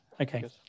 Okay